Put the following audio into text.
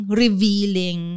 revealing